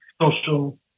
social